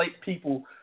people